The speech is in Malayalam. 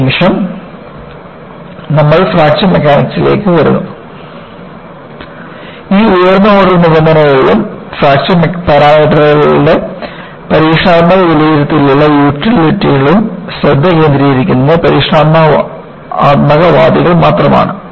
ഈ നിമിഷം നമ്മൾ ഫ്രാക്ചർ മെക്കാനിക്സിലേക്ക് വരുന്നു ഈ ഉയർന്ന ഓർഡർ നിബന്ധനകളിലും ഫ്രാക്ചർ പാരാമീറ്ററുകളുടെ പരീക്ഷണാത്മക വിലയിരുത്തലിലെ യൂട്ടിലിറ്റികളിലും ശ്രദ്ധ കേന്ദ്രീകരിക്കുന്നത് പരീക്ഷണാത്മകവാദികൾ മാത്രമാണ്